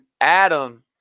Adam